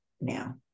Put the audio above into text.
now